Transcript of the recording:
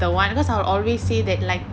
the [one] because I'll always say that like